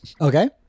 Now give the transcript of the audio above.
Okay